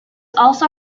also